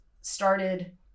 started